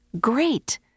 Great